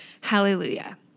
Hallelujah